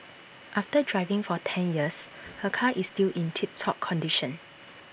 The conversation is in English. after driving for ten years her car is still in tip top condition